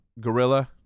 Gorilla